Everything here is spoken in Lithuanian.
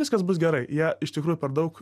viskas bus gerai jie iš tikrųjų per daug